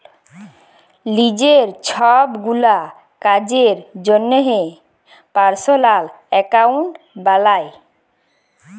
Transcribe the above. লিজের ছবগুলা কাজের জ্যনহে পার্সলাল একাউল্ট বালায়